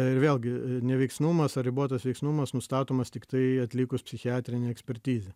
ir vėlgi neveiksnumas ar ribotas veiksnumas nustatomas tiktai atlikus psichiatrinę ekspertizę